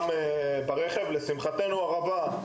לשמחתנו הרבה,